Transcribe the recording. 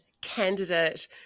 candidate